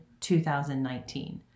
2019